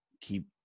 keep –